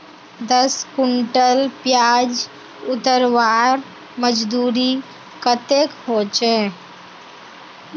दस कुंटल प्याज उतरवार मजदूरी कतेक होचए?